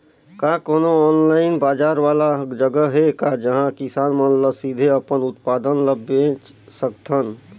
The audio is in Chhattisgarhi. का कोनो ऑनलाइन बाजार वाला जगह हे का जहां किसान मन ल सीधे अपन उत्पाद ल बेच सकथन?